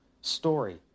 story